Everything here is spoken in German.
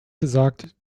gesagt